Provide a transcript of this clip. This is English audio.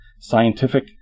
scientific